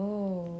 oh